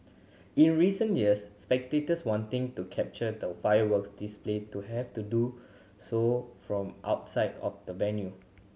in recent years spectators wanting to capture the fireworks display to have to do so from outside of the venue